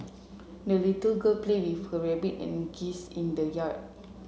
the little girl played with her rabbit and geese in the yard